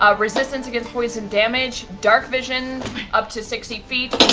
ah resistance against poison damage, darkvision up to sixty feet.